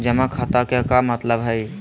जमा खाता के का मतलब हई?